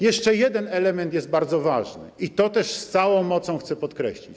Jeszcze jeden element jest bardzo ważny, i to też z całą mocą chcę podkreślić.